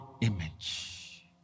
image